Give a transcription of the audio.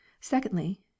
Secondly